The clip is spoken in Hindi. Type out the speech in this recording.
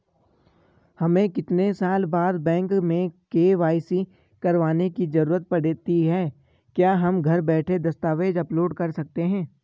हमें कितने साल बाद बैंक में के.वाई.सी करवाने की जरूरत पड़ती है क्या हम घर बैठे दस्तावेज़ अपलोड कर सकते हैं?